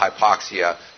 hypoxia